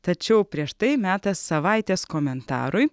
tačiau prieš tai metas savaitės komentarui